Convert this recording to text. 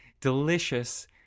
delicious